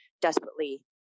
desperately